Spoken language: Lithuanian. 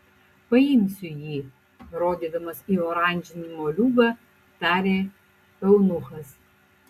paimsiu jį rodydamas į oranžinį moliūgą tarė eunuchas